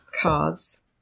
cards